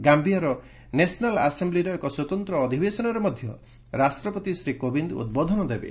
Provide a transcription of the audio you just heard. ଗାମ୍ପିଆର national ଆସେମ୍ବିର ଏକ ସ୍ୱତନ୍ତ୍ର ଅଧିବେଶନରେ ରାଷ୍ଟ୍ରପତି ଶ୍ରୀ କୋବିନ୍ଦ ଉଦ୍ବୋଧନ ଦେବେ